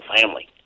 family